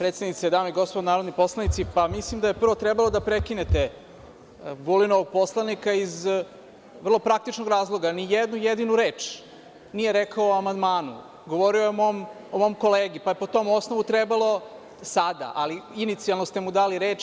Predsednice, dame i gospodo narodni poslanici, mislim da je prvo trebalo da prekinete Vulinovog poslanika iz vrlo praktičnog razloga, jer ni jednu jedinu reč nije rekao o amandmanu, govorio je o mom kolegi, pa je, po tom osnovu, trebalo sada, ali inicijalno ste mu dali reč.